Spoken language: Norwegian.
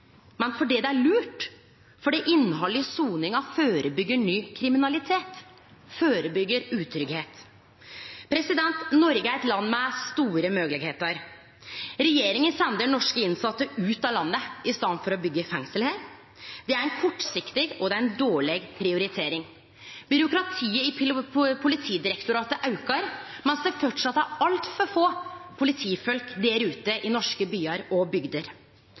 men fordi det er lurt, fordi innhaldet i soninga førebyggjer ny kriminalitet, førebyggjer utryggleik. Noreg er eit land med store moglegheiter. Regjeringa sender norske innsette ut av landet i staden for å byggje fengsel her. Det er kortsiktig og ei dårleg prioritering. Byråkratiet i Politidirektoratet aukar, medan det framleis er altfor få politifolk der ute i norske byar og bygder.